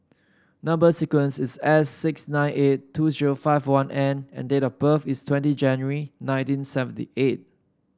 number sequence is S six nine eight two zero five one N and date of birth is twenty January nineteen seventy eight